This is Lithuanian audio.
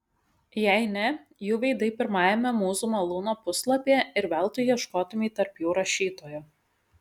jei ne jų veidai pirmajame mūzų malūno puslapyje ir veltui ieškotumei tarp jų rašytojo